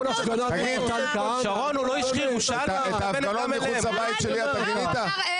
את ההפגנות ליד הבית שלי אתה גינית?